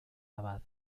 abad